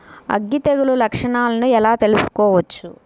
అగ్గి తెగులు లక్షణాలను ఎలా తెలుసుకోవచ్చు?